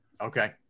Okay